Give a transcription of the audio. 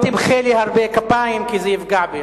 אל תמחא לי כפיים הרבה כי זה יפגע בי.